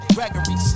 Gregory